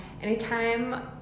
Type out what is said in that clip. anytime